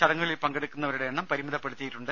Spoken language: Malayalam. ചടങ്ങുകളിൽ പങ്കെടുക്കുന്നവരുടെ എണ്ണം പരിമിതപ്പെടുത്തിയിട്ടുണ്ട്